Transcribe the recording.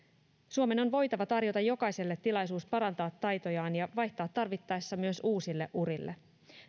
suomen on voitava tarjota jokaiselle tilaisuus parantaa taitojaan ja vaihtaa tarvittaessa myös uusille urille